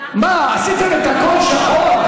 מה עשיתם את הכול שחור?